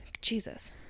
Jesus